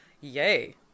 yay